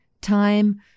time